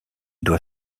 doit